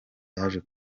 yaje